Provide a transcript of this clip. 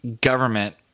government